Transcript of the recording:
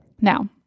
Now